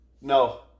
No